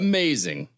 Amazing